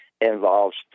involves